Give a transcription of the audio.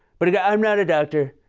but and i'm not a doctor.